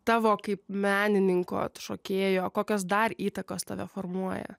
tavo kaip menininko šokėjo kokias dar įtakos tave formuoja